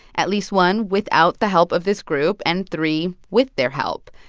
at least one without the help of this group and three with their help.